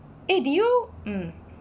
eh did you um